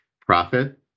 profit